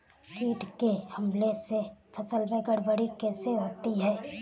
कीट के हमले से फसल में गड़बड़ी कैसे होती है?